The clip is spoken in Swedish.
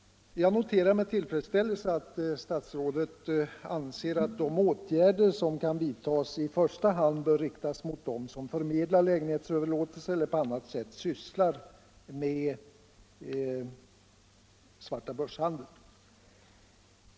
Jag noterar med tillfredsställelse att statsrådet anser att de åtgärder som kan vidtas i första hand bör riktas mot dem som förmedlar lägenhetsöverlåtelser eller på annat sätt sysslar med svartabörshandeln.